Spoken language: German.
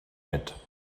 mit